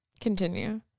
Continue